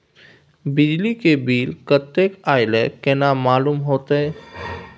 बिजली के बिल कतेक अयले केना मालूम होते?